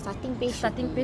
starting pay